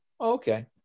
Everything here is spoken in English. Okay